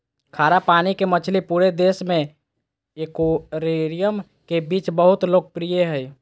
खारा पानी के मछली पूरे देश में एक्वेरियम के बीच बहुत लोकप्रिय हइ